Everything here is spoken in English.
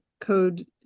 code